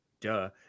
duh